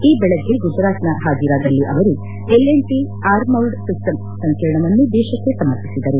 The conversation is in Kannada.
ಈ ವೆಳಗ್ಗೆ ಗುಜರಾತ್ನ ಹಾಜರಾದಲ್ಲಿ ಅವರು L and T armoured systems ಸಂಕೀರ್ಣವನ್ನು ದೇಶಕ್ಕೆ ಸಮರ್ಪಿಸಿದರು